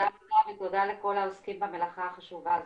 תודה לך ותודה לכל העוסקים במלאכה החשובה הזו.